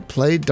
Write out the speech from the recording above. Play